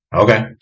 Okay